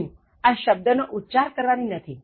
હું આ શબ્દ નો ઉચ્ચાર કરવાની નથી